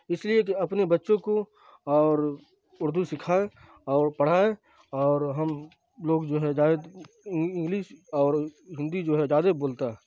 اس لیے کہ اپنے بچوں کو اور اردو سکھائیں اور پڑھائیں اور ہم لوگ جو ہے زائد انگلش اور ہندی جو ہے زیادہ بولتا ہے